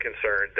concerned